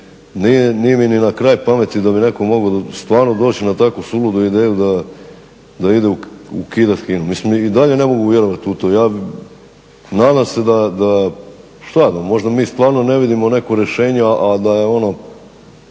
Nije mi ni na kraj pametni da bi netko mogao stvarno doći na takvu suludu ideju da ide ukidati HINA-u. mislim i dalje ne mogu vjerovati u to. Nadam se da šta ja znam možda mi stvarno ne vidimo neko rješenje, a da je ono